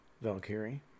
Valkyrie